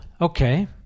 okay